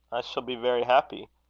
i shall be very happy.